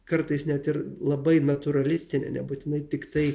kartais net ir labai natūralistinė nebūtinai tiktai